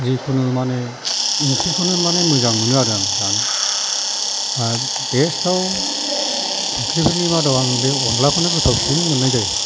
जिखुनु माने ओंख्रिखौनो माने मोजां मोनो आरो आं जानो आरो बेस्थआव ओंख्रिफोरनि मादाव आङो बे अनलाखौनो गोथावसिन मोननाय जायो